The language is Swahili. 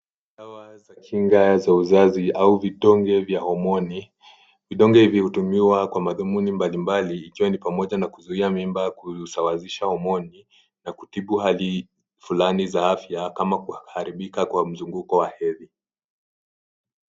Dawa za kinga za uzazi au vidonge vya homoni vidonge hivi hutumiwa kwa madhumuni mbali mbali ikiwa pamoja na kuzuia mimba kusawazisha homoni na kutibu hali fulani za afya kama kuharibika kwa mzunguko wa hedhi.